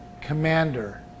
commander